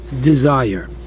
desire